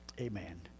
Amen